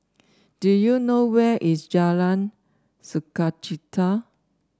do you know where is Jalan Sukachita